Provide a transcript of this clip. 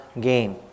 Game